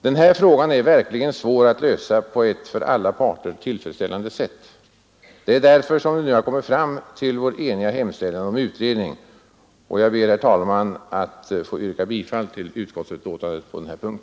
Den här frågan är verkligen svår att lösa på ett för alla parter tillfredsställande sätt. Det är därför som vi nu har kommit fram till vår eniga hemställan om utredning, och jag ber, herr talman, att få yrka bifall till utskottets förslag på denna punkt.